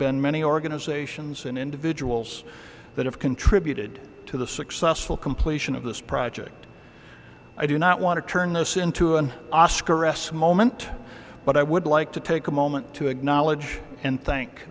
been many organizations and individuals that have contributed to the successful completion of this project i do not want to turn this into an oscar s moment but i would like to take a moment to acknowledge and thank